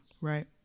right